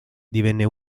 divenne